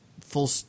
full